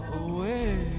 away